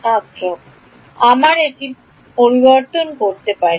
ছাত্র আমরা এটি পরিবর্তন করতে পারি